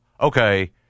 okay